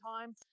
time